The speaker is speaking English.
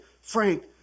Frank